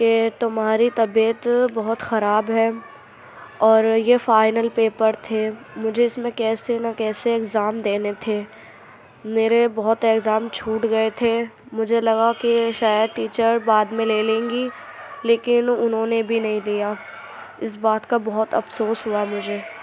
کہ تمہاری طبیعت بہت خراب ہے اور یہ فائنل پیپر تھے مجھے اس میں کیسے نہ کیسے ایگزام دینے تھے میرے بہت ایگزام چھوٹ گئے تھے مجھے لگا کہ شاید ٹیچر بعد میں لے لیں گی لیکن انہوں نے بھی نہیں لیا اس بات کا بہت افسوس ہوا مجھے